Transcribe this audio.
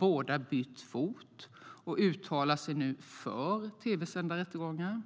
båda har bytt fot och nu uttalar sig för tv-sända rättegångar.